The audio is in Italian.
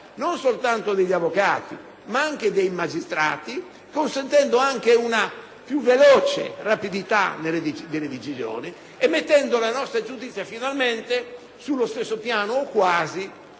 non soltanto degli avvocati, ma anche dei magistrati, consentendo altresì una maggiore rapidità delle decisioni e mettendo la nostra giustizia finalmente sullo stesso piano, o quasi,